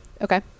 Okay